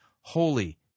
holy